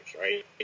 right